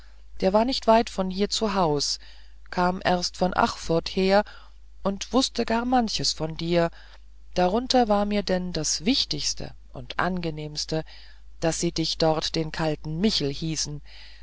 der war nicht weit von hier zu haus kam erst von achfurth her und wußte gar manches von dir darunter war mir denn das wichtigste und angenehmste daß sie dich dort den kalten michel hießen